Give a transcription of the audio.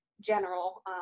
general